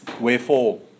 Wherefore